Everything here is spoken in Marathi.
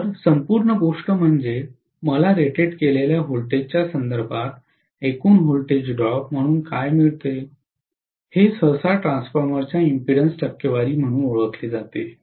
तर संपूर्ण गोष्ट म्हणजे मला रेटेड केलेल्या व्होल्टेजच्या संदर्भात एकूणच व्होल्टेज ड्रॉप म्हणून काय मिळते हे सहसा ट्रान्सफॉर्मरच्या इम्पीडेन्स टक्केवारी म्हणून ओळखले जाते